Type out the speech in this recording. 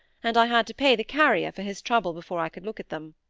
and i had to pay the carrier for his trouble before i could look at them.